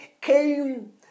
came